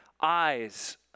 eyes